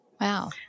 Wow